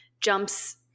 jumps